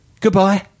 Goodbye